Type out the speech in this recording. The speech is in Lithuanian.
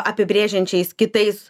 apibrėžiančiais kitais